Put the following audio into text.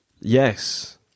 Yes